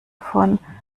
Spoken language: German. von